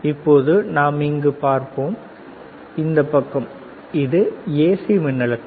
இப்போது நாம் இங்கு பார்ப்போம் இந்த பக்கம் இது ஏசி மின்னழுத்தம்